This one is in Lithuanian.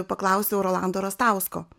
paklausiau rolando rastausko